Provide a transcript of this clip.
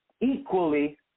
equally